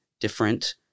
different